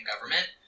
government